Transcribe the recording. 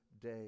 day